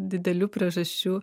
didelių priežasčių